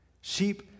Sheep